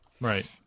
Right